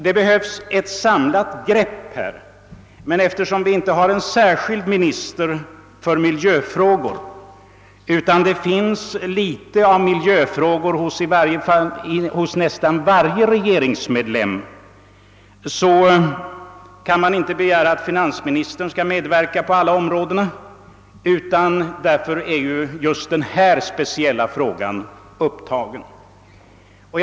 Det behövs ett samlat grepp, men eftersom vi inte har nå Zon särskild minister för miljöfrågor, utan dessa handhas av så gott som varje regeringsmedlem, kan man inte begära att finansministern skall medverka på alla områden, och det är därför som just den här speciella frågan har tagits upp.